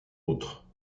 autre